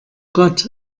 gott